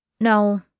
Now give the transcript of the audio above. No